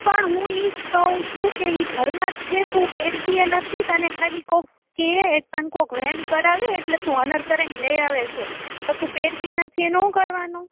પણ હું ઇ જ કહું છું કે ઇ ઘરમાં છે તું પેરતી યે નથી તને ખાલી કોક કે તને કોક વેમ કરાવે એટલે તું હનાર કરાએ ને લઈ આવ્યા છો પણ તું પેરતી નથી એનું હું કરવાનું